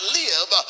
live